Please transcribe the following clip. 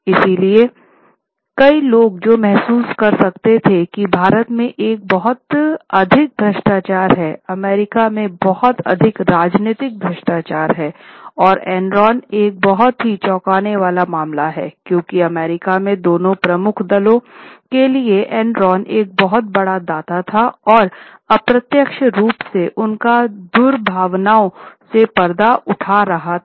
इसलिए कई लोग जो महसूस कर सकते हैं कि भारत में बहुत अधिक भ्रष्टाचार है अमेरिका में बहुत अधिक राजनीतिक भ्रष्टाचार है और एनरॉन एक बहुत ही चौंकाने वाला मामला है क्योंकि अमेरिका में दोनों प्रमुख दलों के लिए एनरॉन एक बहुत बड़ा दाता था और अप्रत्यक्ष रूप से उनका दुर्भावनाओं से पर्दा उठ रहा था